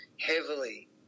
heavily